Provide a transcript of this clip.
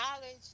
knowledge